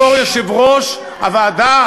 בתור יושב-ראש הוועדה,